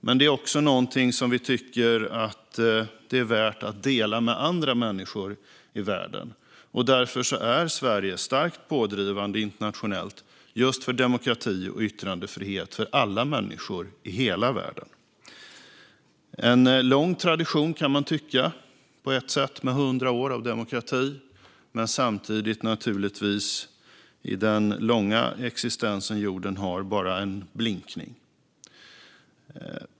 Men det är också någonting som vi tycker är värt att dela med andra människor i världen, och därför är Sverige starkt pådrivande internationellt just för demokrati och yttrandefrihet för alla människor i hela världen. 100 år av demokrati är en lång tradition, kan man tycka. Men samtidigt är det naturligtvis i jordens långa existens bara en blinkning.